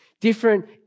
different